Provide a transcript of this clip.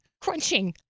Crunching